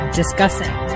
discussing